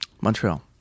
Montreal